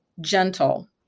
gentle